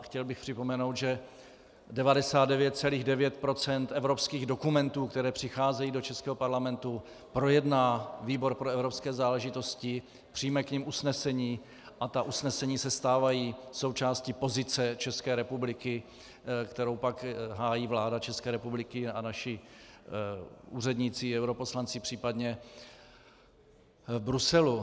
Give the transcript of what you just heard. Chtěl bych připomenout, že 99,9 % evropských dokumentů, které přicházejí do českého Parlamentu, projedná výbor pro evropské záležitosti, přijme k nim usnesení a ta usnesení se stávají součástí pozice České republiky, kterou pak hájí vláda České republiky a naši úředníci, europoslanci, případně v Bruselu.